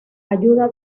ayuda